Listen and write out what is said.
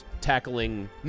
tackling